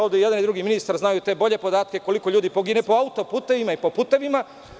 Ovde i jedan i drugi ministar znaju bolje podatke koliko ljudi pogine po auto-putevima i po putevima.